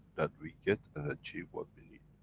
that we get and achieve what we need.